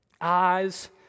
eyes